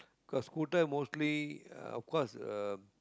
cause scooter mostly uh of course uh